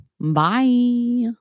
Bye